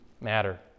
matter